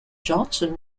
johnson